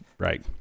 Right